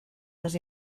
les